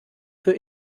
für